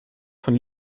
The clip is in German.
von